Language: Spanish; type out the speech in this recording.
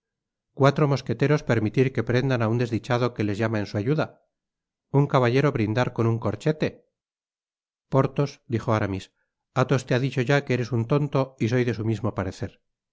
cuatro mosqueteros permitir que prendan á un desdichado que les llama en su ayuda un caballero brindar con un corchete porthos dijo aramis athos te ha dicho ya que eres un tonto y soy de su mismo parecer